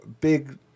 big